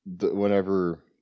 whenever